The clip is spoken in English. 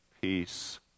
peace